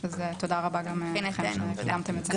אז תודה רבה לכם גם שתיאמתם את זה.